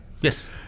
Yes